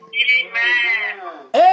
Amen